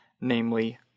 namely